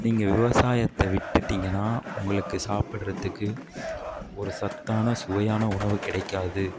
நீங்கள் விவசாயத்தை விட்டுட்டீங்கனால் உங்களுக்கு சாப்பிடுறதுக்கு ஒரு சத்தான சுவையான உணவு கிடைக்காது